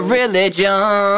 religion